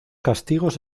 castigos